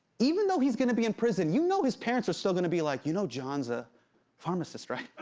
even though he's gonna be in prison, you know his parents are still gonna be like, you know john's a pharmacist, right?